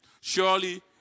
Surely